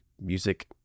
music